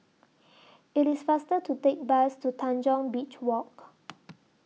IT IS faster to Take Bus to Tanjong Beach Walk